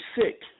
sick